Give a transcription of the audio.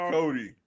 Cody